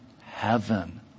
heaven